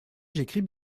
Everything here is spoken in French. j’écris